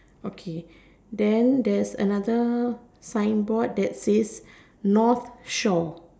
okay then there's another signboard that says north shore